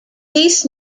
case